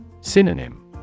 Synonym